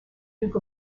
duke